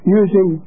using